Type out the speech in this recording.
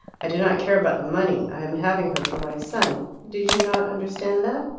i do not care about the money. i am having her for my son. did you not understand that?